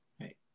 Right